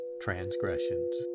transgressions